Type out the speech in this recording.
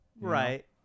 right